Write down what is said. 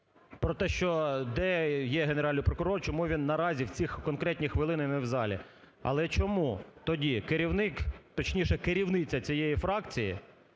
про те, що де є Генеральний прокурор і чому він наразі в ці конкретні хвилини не в залі. Але чому тоді керівник, точніше керівниця цієї фракції